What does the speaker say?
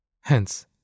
Hence